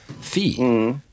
fee